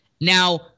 Now